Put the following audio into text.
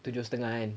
tujuh setengah kan